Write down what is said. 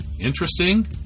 interesting